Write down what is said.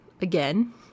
again